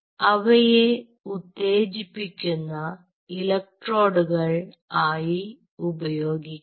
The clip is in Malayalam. അവയെ ഉത്തേജിപ്പിക്കുന്ന ഇലക്ട്രോഡുകൾ ആയി ഉപയോഗിക്കാം